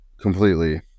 Completely